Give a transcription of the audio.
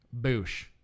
boosh